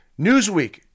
Newsweek